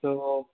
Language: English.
so